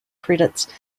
credits